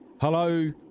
hello